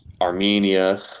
Armenia